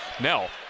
Nell